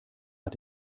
hat